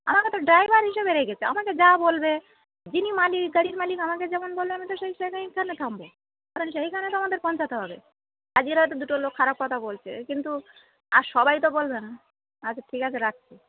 আমাকে তো ড্রাইভার হিসেবে গেছে আমাকে যা বলবে যিনি মালিক গাড়ির মালিক আমাকে যেমন বল আমি তো সেই সেখানে সেখানে থামবো কারণ সেইখানে তো আমাদের পৌঁছাতে হবে কাজেই তো দুটো লোক খারাপ কথা বলছে কিন্তু আর সবাই তো বলবেন আচ্ছা ঠিক আছে রাখছি